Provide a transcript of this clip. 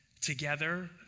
together